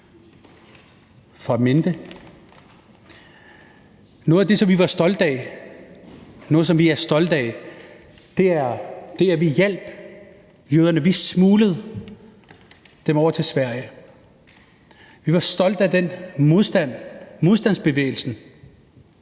var stolte af, noget, som vi er stolte af, er, at vi hjalp jøderne. Vi smuglede dem over til Sverige. Vi var stolte af den modstand, modstandsbevægelsen